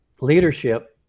leadership